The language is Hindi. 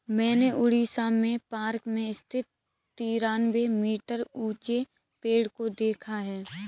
मैंने उड़ीसा में पार्क में स्थित तिरानवे मीटर ऊंचे पेड़ को देखा है